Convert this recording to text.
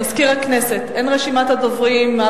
מזכיר הכנסת, אין רשימת דוברים?